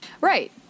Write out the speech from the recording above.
Right